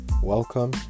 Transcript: Welcome